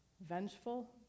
vengeful